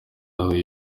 aho